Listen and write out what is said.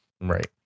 Right